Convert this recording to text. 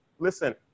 Listen